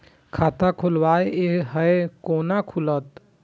खाता खोलवाक यै है कोना खुलत?